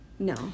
No